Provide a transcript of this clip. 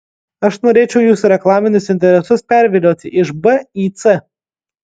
aš norėčiau jūsų reklaminius interesus pervilioti iš b į c